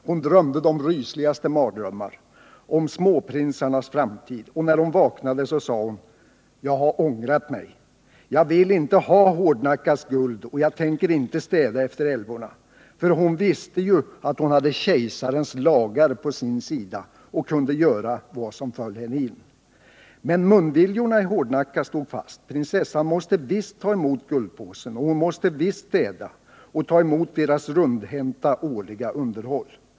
Hon drömde de rysligaste mardrömmar om småprinsarnas framtid. Och när hon vaknade sa hon: — Jag har ångrat mig! Jag vill inte ha Hårdnackas guld och jag tänker inte städa efter älvorna! För hon visste ju att hon hade Kejsarens lagar på sin sida och kunde göra vad som föll henne in. Men Munviljorna i Hårdnacka stod fast. Prinsessan måste visst ta emot guldpåsen! Och hon måste visst städa! Och ta emot deras rundhänta årliga underhåll.